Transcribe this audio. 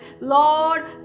Lord